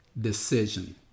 decision